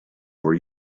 were